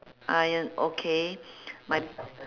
uh okay my